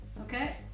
Okay